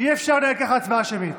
אי-אפשר לנהל ככה הצבעה שמית.